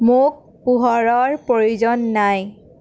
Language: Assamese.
মোক পোহৰৰ প্ৰয়োজন নাই